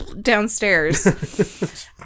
downstairs